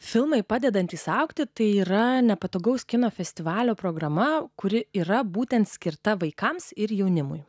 filmai padedantys augti tai yra nepatogaus kino festivalio programa kuri yra būtent skirta vaikams ir jaunimui